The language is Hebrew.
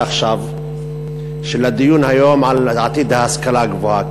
עכשיו של הדיון היום על עתיד ההשכלה הגבוהה,